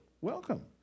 Welcome